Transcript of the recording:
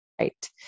right